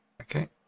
Okay